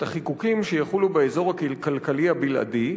את החיקוקים שיחולו באזור הכלכלי הבלעדי,